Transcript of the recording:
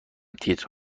تیتر